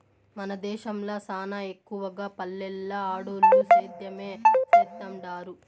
మన దేశంల సానా ఎక్కవగా పల్లెల్ల ఆడోల్లు సేద్యమే సేత్తండారు